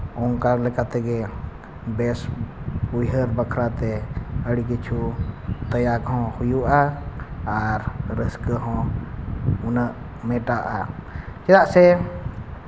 ᱚᱱᱠᱟ ᱞᱮᱠᱟᱛᱮᱜᱮ ᱵᱮᱥ ᱩᱭᱦᱟᱹᱨ ᱵᱟᱠᱷᱨᱟ ᱛᱮ ᱟᱹᱰᱤ ᱠᱤᱪᱷᱩ ᱞᱟᱹᱭᱟᱜ ᱦᱚᱸ ᱦᱩᱭᱩᱜᱼᱟ ᱟᱨ ᱨᱟᱹᱥᱠᱟᱹ ᱦᱚᱸ ᱩᱱᱟᱹᱜ ᱢᱮᱴᱟᱜᱼᱟ ᱪᱮᱫᱟᱜ ᱥᱮ